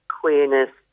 queerness